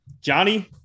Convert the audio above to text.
Johnny